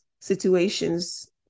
situations